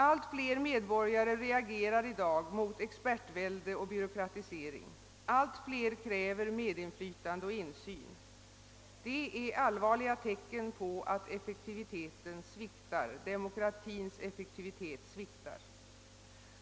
Allt fler medborgare reagerar i dag mot expertvälde och byråkratisering. Allt fler kräver medinflytande och insyn. Det är allvarliga tecken på att demokratins effektivitet sviktar.